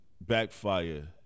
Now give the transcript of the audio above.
backfire